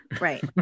right